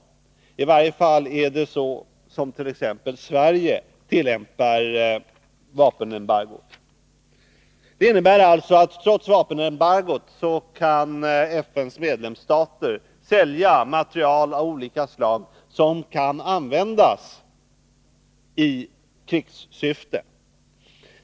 Det är i varje fall så som t.ex. Sverige tillämpar vapenembargot. Detta innebär att FN:s medlemsstater, trots vapenembargot, kan sälja materiel av olika slag som kan användas i krigssyfte.